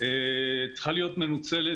צריכה להיות מנוצלת,